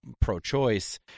pro-choice